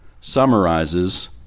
summarizes